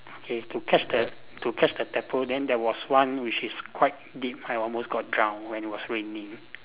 okay to catch the to catch the tadpole then there was one which is quite deep I almost got drowned when it was raining